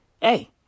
hey